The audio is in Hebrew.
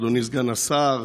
אדוני סגן השר,